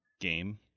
game